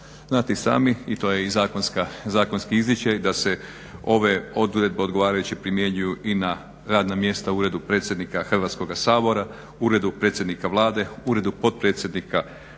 Znate i sami i to je i zakonski izričaj da se ove odredbe odgovarajuće primjenjuju i na radna mjesta u Uredu predsjednika Hrvatskoga sabora, Uredu predsjednika Vlade, Uredu potpredsjednika Hrvatskoga